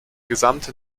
gesamte